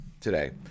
today